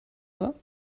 war